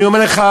אני אומר לך,